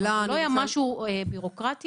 לא היה משהו ביורוקרטי,